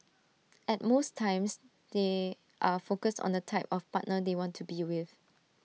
and most times they are focused on the type of partner they want to be with